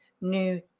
new